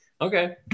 Okay